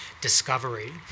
discovery